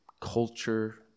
culture